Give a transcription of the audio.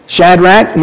Shadrach